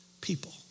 people